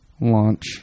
launch